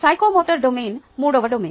psychomotor domain మూడవ domain